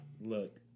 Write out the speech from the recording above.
Look